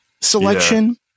selection